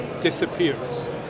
disappears